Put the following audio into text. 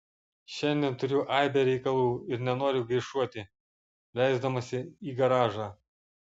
šiandien turiu aibę reikalų ir nenoriu gaišuoti leisdamasi į garažą